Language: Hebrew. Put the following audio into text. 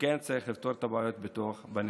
וכן צריך לפתור את הבעיות בנגב.